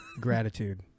gratitude